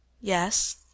yes